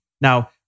Now